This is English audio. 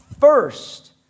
first